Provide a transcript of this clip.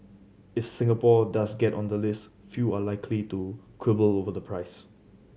if Singapore does get on the list few are likely to quibble over the price